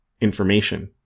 information